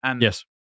Yes